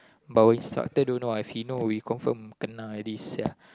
but instructor don't know lah if he know we confirm kena already sia